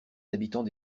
habitants